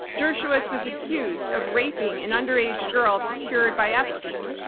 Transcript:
dershowitz was accused of raping an underage girl, procured by epstein.